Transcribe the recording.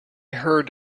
heard